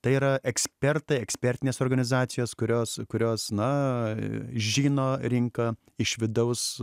tai yra ekspertai ekspertinės organizacijos kurios kurios na žino rinką iš vidaus